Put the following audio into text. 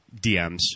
DMs